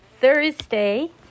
Thursday